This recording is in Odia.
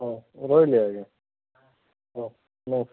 ହଁ ରହିଲି ଆଜ୍ଞା ହଁ ନମସ୍କାର